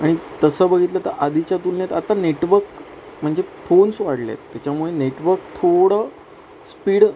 आणि तसं बघितलं तर आधीच्या तुलनेत आता नेटवर्क म्हणजे फोन्स वाढलेत तेच्यामुळे नेटवर्क थोडं स्पीड